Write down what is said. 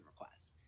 request